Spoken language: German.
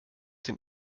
den